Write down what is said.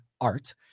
art